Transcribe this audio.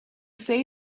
say